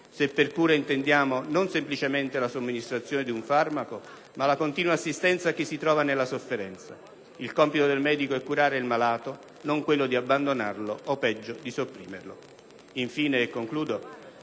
se per cura intendiamo non semplicemente la somministrazione di un farmaco, ma la continua assistenza a chi si trova nella sofferenza. Il compito del medico è curare il malato, non quello di abbandonarlo o peggio di sopprimerlo.